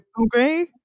Okay